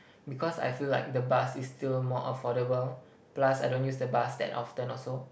because I feel like the bus is still more affordable plus I don't use the bus that often also